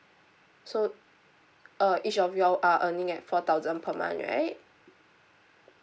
so uh each of you all are earning at four thousand per month right